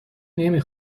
نمی